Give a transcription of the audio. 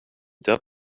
can